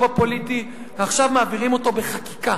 הפוליטי ועכשיו מעבירים אותו בחקיקה.